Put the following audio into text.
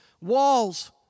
walls